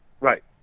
Right